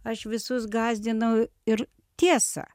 aš visus gąsdinau ir tiesa